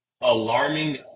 alarming